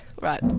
right